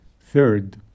Third